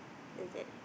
is that